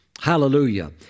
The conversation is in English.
Hallelujah